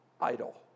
idle